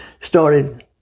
started